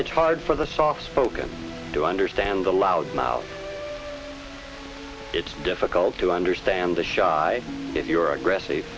it's hard for the soft spoken to understand the loud mouth it's difficult to understand the shy if you're aggressive